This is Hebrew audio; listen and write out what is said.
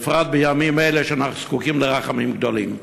בפרט בימים אלה, כשאנחנו זקוקים לרחמים גדולים.